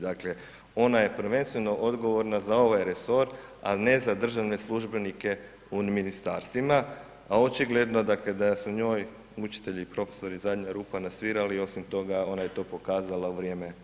Dakle ona je prvenstveno odgovorna za ovaj resor, a ne za državne službenike u ministarstvima, a očigledno da su njoj učitelji i profesori zadnja rupa na svirali, osim toga ona je to pokazala u vrijeme